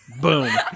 Boom